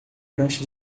prancha